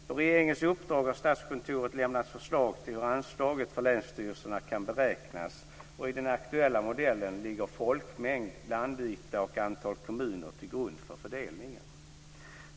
På regeringens uppdrag har Statskontoret lämnat förslag till hur anslaget för länsstyrelserna kan beräknas och i den aktuella modellen ligger folkmängd, landyta och antal kommuner till grund för fördelningen.